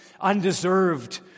undeserved